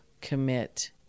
commit